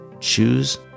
Choose